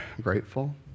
grateful